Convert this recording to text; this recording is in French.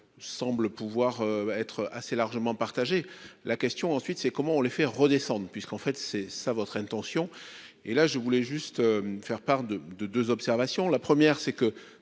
Semble pouvoir être assez largement partagé la question ensuite c'est comment on les faire redescendre puisqu'en fait c'est ça votre intention. Et là, je voulais juste. Faire part de de 2 observations, la première c'est que